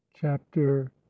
Chapter